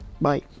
Bye